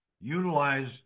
Utilize